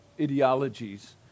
ideologies